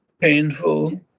painful